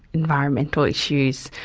environmental issues,